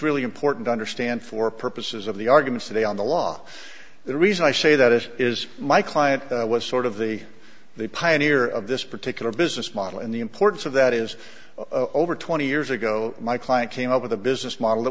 really important to understand for purposes of the arguments today on the law the reason i say that is is my client was sort of the the pioneer of this particular business model and the importance of that is over twenty years ago my client came up with a business model